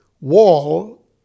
wall